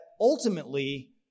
ultimately